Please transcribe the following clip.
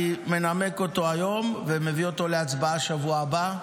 אני מנמק אותו היום ומביא אותו להצבעה בשבוע הבא.